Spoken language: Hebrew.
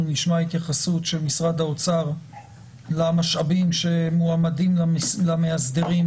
נשמע התייחסות של משרד האוצר למשאבים שמועמדים למאסדרים